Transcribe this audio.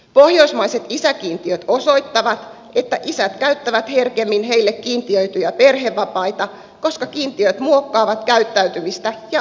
pohjoismaiset isäkiintiöt osoittavat että isät käyttävät herkemmin heille kiintiöityjä perhevapaita koska kiintiöt muokkaavat käyttäytymistä ja asenteita